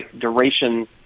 duration